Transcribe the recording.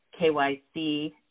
KYC